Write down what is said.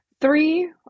Three